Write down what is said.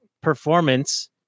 performance